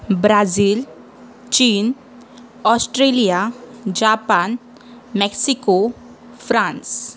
Brazil चीन Australia Japan Mexico France